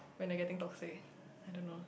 when I getting toxic I don't know